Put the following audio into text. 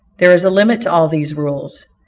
there is a limit to all these rules.